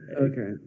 okay